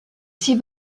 six